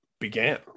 began